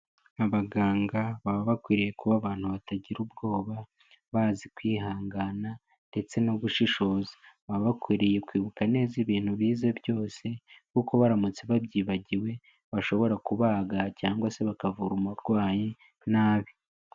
Abaganga baba bakwiriye kuba abantu batagira ubwoba bazi kwihangana ndetse no gushishoza, baba bakwiriye kwibuka neza ibintu bize byose kuko baramutse babyibagiwe bashobora kubaga cyangwa se bakavura umurwayi nabi.